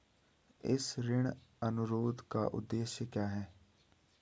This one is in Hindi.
इस ऋण अनुरोध का उद्देश्य क्या है?